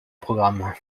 programme